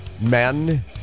men